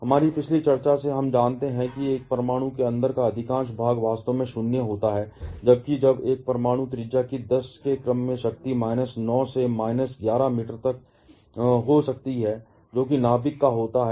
हमारी पिछली चर्चा से हम जानते हैं कि एक परमाणु के अंदर का अधिकांश भाग वास्तव में शून्य होता है क्योंकि जब एक परमाणु की त्रिज्या 10 के क्रम की शक्ति माइनस 9 से माइनस 11 मीटर तक हो सकती है जो कि नाभिक का होता है